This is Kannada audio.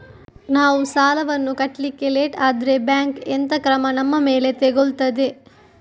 ನಾವು ಸಾಲ ವನ್ನು ಕಟ್ಲಿಕ್ಕೆ ಲೇಟ್ ಆದ್ರೆ ಬ್ಯಾಂಕ್ ಎಂತ ಕ್ರಮ ನಮ್ಮ ಮೇಲೆ ತೆಗೊಳ್ತಾದೆ?